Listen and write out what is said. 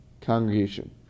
congregation